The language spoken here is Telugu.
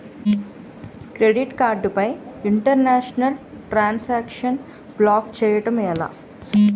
క్రెడిట్ కార్డ్ పై ఇంటర్నేషనల్ ట్రాన్ సాంక్షన్ బ్లాక్ చేయటం ఎలా?